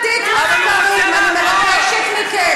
וככל שאנחנו מדברים על יותר משמרות לילה,